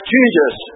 Jesus